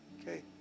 Okay